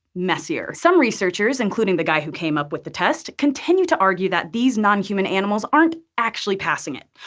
messier. some researchers, including the guy who came up with the test, continue to argue that these non-human animals aren't actually passing it.